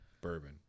bourbon